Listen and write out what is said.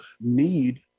need